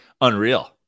Unreal